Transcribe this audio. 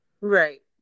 Right